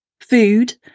food